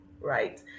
right